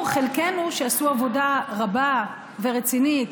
כאמור, חלקנו, שעשו עבודה רבה ורצינית,